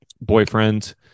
boyfriend